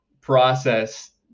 process